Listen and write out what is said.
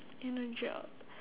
in a job